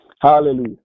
Hallelujah